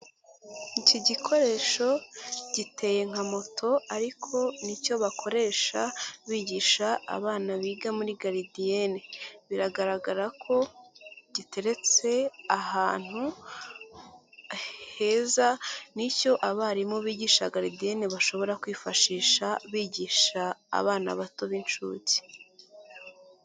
Iki gikoresho giteye nka moto ariko ni cyo bakoresha bigisha abana biga muri garidiyene, biragaragara ko giteretse ahantu heza ni cyo abarimu bigisha garidiyene bashobora kwifashisha bigisha abana bato b'inshuke.